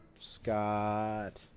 Scott